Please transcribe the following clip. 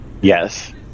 Yes